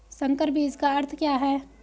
संकर बीज का अर्थ क्या है?